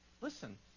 Listen